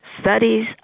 studies